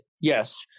yes